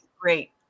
great